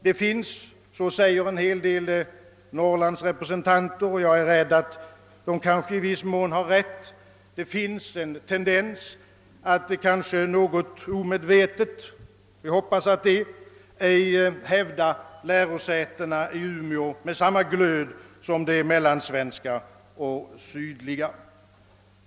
Det finns — så säger en hel del norrlandsrepresentanter, och jag är rädd för att de i viss mån har rätt i sin uppfattning — en tendens att, kanske något omedvetet, får vi hoppas, icke hävda lärosätena i Umeå med samma glöd som de mellansvenska och sydsvenska.